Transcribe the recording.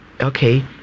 okay